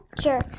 sure